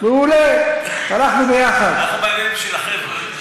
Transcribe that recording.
אנחנו בימין בשביל החבר'ה.